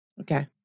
Okay